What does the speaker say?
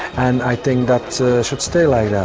and i think that should stay like that.